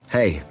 Hey